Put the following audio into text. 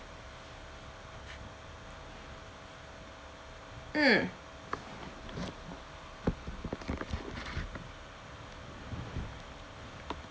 mm